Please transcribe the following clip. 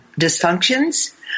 dysfunctions